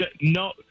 no